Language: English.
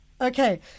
Okay